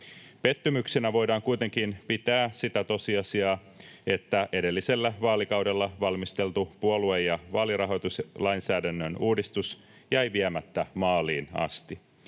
Pettymyksenä voidaan kuitenkin pitää sitä tosiasiaa, että edellisellä vaalikaudella valmisteltu puolue- ja vaalirahoituslainsäädännön uudistus jäi viemättä maaliin asti.